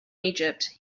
egypt